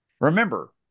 Remember